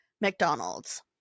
McDonald's